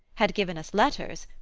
had given us letters,